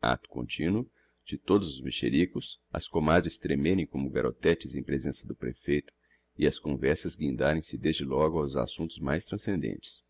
acto continuo de todo os mexericos as comadres tremerem como garotetes em presença do prefeito e as conversas guindarem se desde logo aos assuntos mais transcendentes